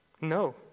No